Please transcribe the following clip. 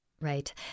Right